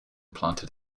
planted